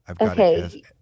Okay